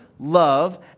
love